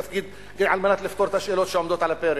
תפקיד על מנת לפתור את השאלות שעומדות על הפרק,